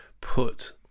put